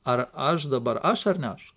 ar aš dabar aš ar ne aš